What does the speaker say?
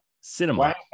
cinema